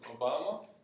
Obama